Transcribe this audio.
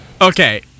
Okay